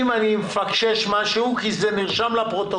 ואם אני מפקשש משהו, תגידי כי זה נרשם בפרוטוקול.